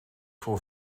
voor